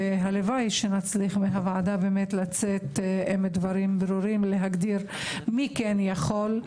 והלוואי שנצליח מהוועדה לצאת עם דברים ברורים ולהגדיר מי כן יכול,